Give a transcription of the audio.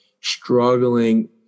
struggling